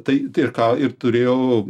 tai ką ir turėjau